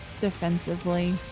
defensively